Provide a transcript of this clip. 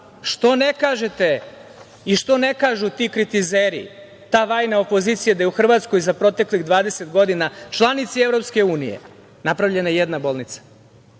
što ne kažete i što ne kažu ti kritizeri, ta vajna opozicija da je u Hrvatskoj za proteklih 20 godina, članici Evropske unije, napravljena jedna bolnica?